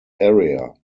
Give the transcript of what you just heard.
area